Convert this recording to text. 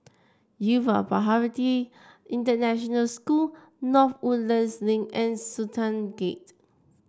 Yuva Bharati International School North Woodlands Link and Sultan Gate